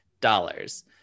dollars